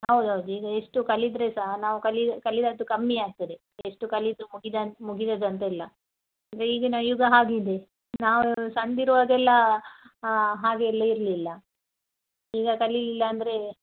ಹೌದ್ ಹೌದು ಈಗ ಎಷ್ಟು ಕಲಿತರೇ ಸಹ ನಾವು ಕಲಿ ಕಲಿತದ್ದು ಕಮ್ಮಿ ಆಗ್ತದೆ ಎಷ್ಟು ಕಲಿತರು ಮುಗಿದ ಮುಗಿದದ್ದು ಅಂತ ಇಲ್ಲ ಈಗಿನ ಯುಗ ಹಾಗಿದೆ ನಾವು ಸಣ್ದಿರುವಾಗ ಎಲ್ಲ ಹಾಗೇ ಎಲ್ಲ ಇರಲಿಲ್ಲ ಈಗ ಕಲೀಲಿಲ್ಲ ಅಂದರೆ